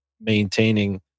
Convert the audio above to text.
maintaining